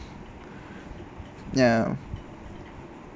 ya